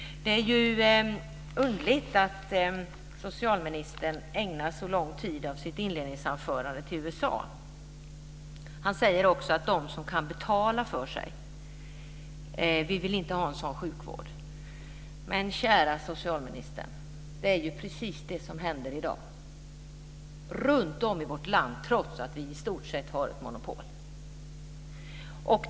Det är underligt att socialministern ägnar så lång tid av sitt inledningsanförande åt USA. När det gäller talet om dem som kan betala för sig säger han att man inte vill ha en sådan sjukvård. Men kära socialministern! Det är ju precis så det är i dag, runtom i vårt land, trots att vi i stort sett har ett monopol.